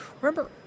remember